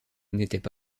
n’étaient